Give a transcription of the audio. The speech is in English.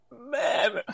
man